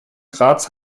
graz